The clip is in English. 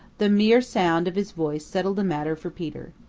the mere sound of his voice settled the matter for peter.